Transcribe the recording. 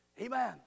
amen